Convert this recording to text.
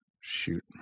Shoot